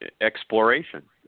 exploration